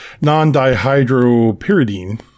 non-dihydropyridine